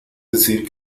decir